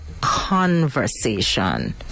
conversation